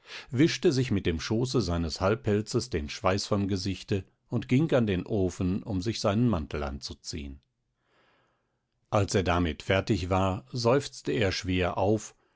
wischte sich mit dem schoße seines halbpelzes den schweiß vom gesichte und ging an den ofen um sich seinen mantel anzuziehen als er damit fertig war seufzte er schwer auf